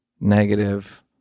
negative